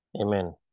Amen